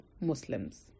Muslims